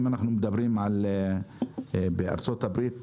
אם אנחנו מדברים על ארצות הברית,